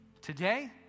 Today